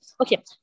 okay